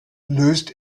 löst